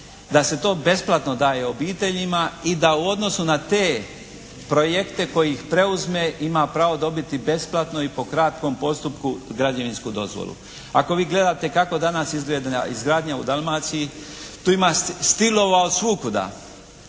da se to besplatno daje obiteljima i da u odnosu na te projekte koji ih preuzme ima pravo dobiti besplatno i po kratkom postupku građevinsku dozvolu. Ako vi gledate kako danas izgleda izgradnja u Dalmaciji, tu ima stilova od svukuda.